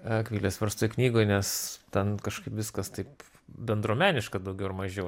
akvilės verstoj knygoj nes ten kažkaip viskas taip bendruomeniška daugiau ar mažiau